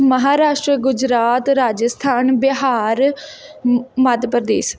Maharashtra Gujarat Rajasthan Bihar Madhya Pradesh